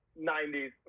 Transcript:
90s